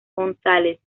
gonzález